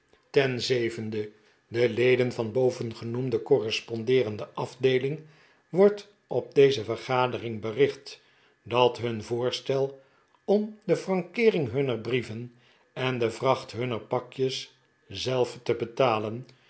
den leden van bovengenoemde correspondeerende afdeeling wordt op deze vergadering bericht dat hun voorstel om de frankeering hunner brieven en de vracht hunner pakjes zelf te betalen